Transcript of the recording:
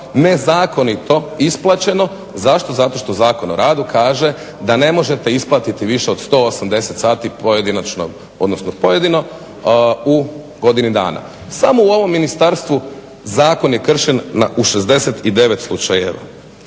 nezakonito isplaćeno. Zašto? Zato što Zakon o radu kaže da ne možete isplatiti više od 180 sati pojedinačnog, odnosno pojedino u godini dana. Samo u ovom ministarstvu zakon je kršen u 69 slučajeva.